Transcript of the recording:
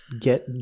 get